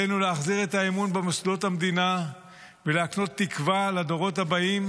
עלינו להחזיר את האמון במוסדות המדינה ולהקנות תקווה לדורות הבאים.